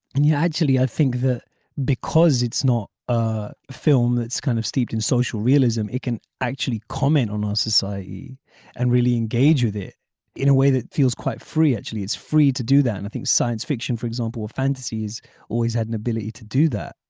and yeah yet actually i think that because it's not a film that's kind of steeped in social realism it can actually comment on our society and really engage with it in a way that feels quite free actually is free to do that and i think science fiction for example or fantasies always had an ability to do that.